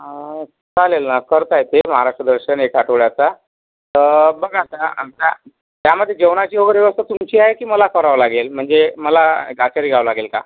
चालेल ना करता येते महाराष्ट्र दर्शन एका आठवड्याचा तर बघा आता आमचा त्यामध्ये जेवणाची वगैरे व्यवस्था तुमची आहे की मला करावी लागेल म्हणजे मला एक आचारी घ्यावा लागेल का